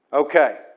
Okay